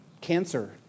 cancer